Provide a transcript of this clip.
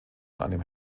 einem